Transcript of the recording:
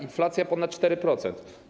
Inflacja ponad 4%.